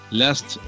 last